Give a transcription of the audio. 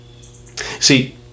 See